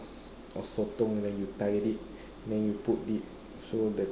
or sotong then you tie it then you put it so the